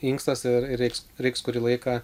inkstas ir ir reiks reiks kurį laiką